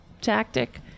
tactic